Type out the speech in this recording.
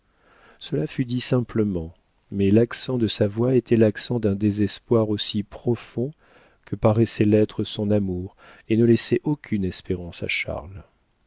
cela fut dit simplement mais l'accent de sa voix était l'accent d'un désespoir aussi profond que paraissait l'être son amour et ne laissait aucune espérance à charles